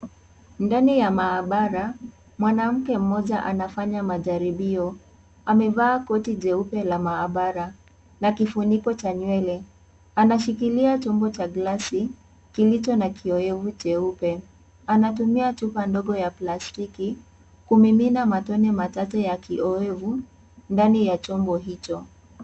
Ndani ya maabara mwanamke mmoja anafanya majaribio. Amevaa koti jeupe la maabara na kifuniko cha nywele , anashikilia chombo cha glasi kilicho na kiyoevu jeupe . Anatumia chupa ndogo ya plastiki kumimina matone machache ya kiyoevu ndani ya chombo hicho.